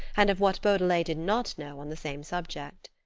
and of what beaudelet did not know on the same subject.